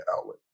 outlet